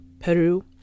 Peru